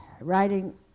writing